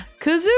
Kazoo